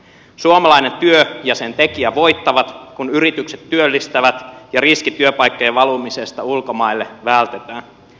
suomalainen työ ja sen tekijä voittavat kun yritykset työllistävät ja riski työpaikkojen valumisesta ulkomaille vältetään